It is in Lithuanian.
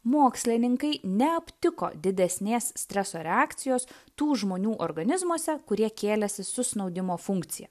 mokslininkai neaptiko didesnės streso reakcijos tų žmonių organizmuose kurie kėlėsi su snaudimo funkcija